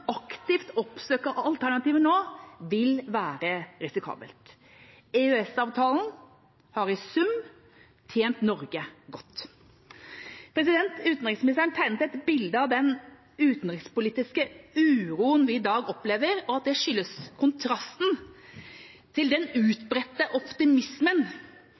aktivt oppsøke alternativer nå vil være risikabelt. EØS-avtalen har i sum tjent Norge godt. Utenriksministeren tegnet et bilde av den utenrikspolitiske uroen vi i dag opplever, og at det skyldes kontrasten til den utbredte optimismen